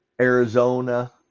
Arizona